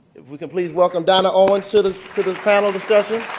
if we could please welcome donna owens sort of sort of panel discussion.